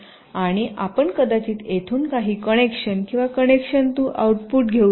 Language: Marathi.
आणि आपण कदाचित येथून काही कनेक्शन किंवा कनेक्शन तून आउटपुट घेऊ शकता